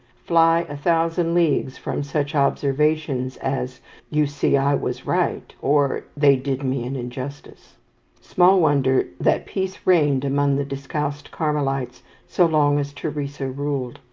fly a thousand leagues from such observations as you see i was right or they did me an injustice small wonder that peace reigned among the discalced carmelites so long as teresa ruled.